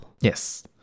yes